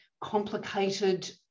complicated